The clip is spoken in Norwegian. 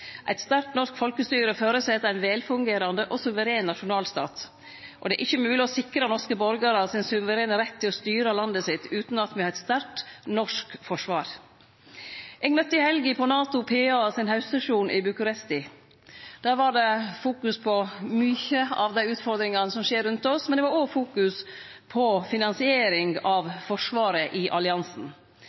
Eit sterkt norsk folkestyre føreset ein velfungerande og suveren nasjonalstat, og det er ikkje mogleg å sikre norske borgarar sin suverene rett til å styre landet sitt utan at me har eit sterkt norsk forsvar. Eg møtte i helga på NATO PA sin haustsesjon i Bucuresti. Der var det fokus på mange av dei utfordringane som skjer rundt oss, men det var òg fokus på finansiering av forsvaret i alliansen.